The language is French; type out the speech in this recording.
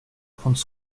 prendre